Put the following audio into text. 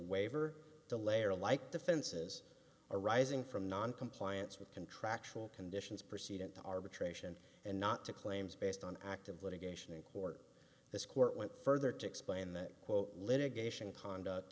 waiver delay or like defenses arising from noncompliance with contractual conditions proceed at the arbitration and not to claims based on active litigation in court this court went further to explain that litigation conduct